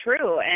true